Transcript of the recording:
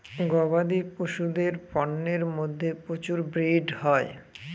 গবাদি পশুদের পন্যের মধ্যে প্রচুর ব্রিড হয়